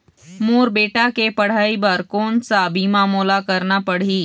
मोर बेटा के पढ़ई बर कोन सा बीमा मोला करना पढ़ही?